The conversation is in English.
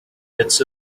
bits